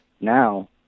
Now